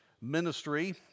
ministry